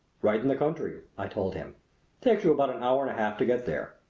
right in the country, i told him takes you about an hour and a half to get there.